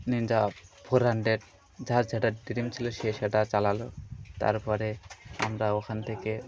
ninja four hundred যার যেটা dream ছিল সে সেটা চালাল তারপরে আমরা ওখান থেকে